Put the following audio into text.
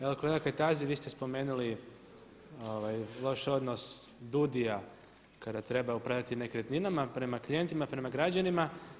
Evo kolega Kajtazi vi ste spomenuli loš odnos DUDI-a kada treba upravljati nekretninama prema klijentima, prema građanima.